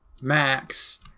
max